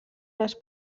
les